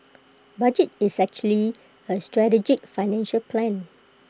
budget is actually A strategic financial plan